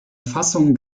fassung